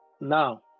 now